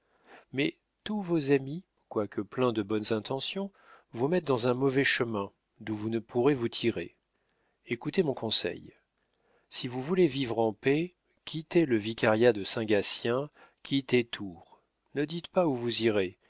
mais tous vos amis quoique pleins de bonnes intentions vous mettent dans un mauvais chemin d'où vous ne pourrez vous tirer écoutez mon conseil si vous voulez vivre en paix quittez le vicariat de saint gatien quittez tours ne dites pas où vous irez